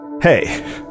hey